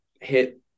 hit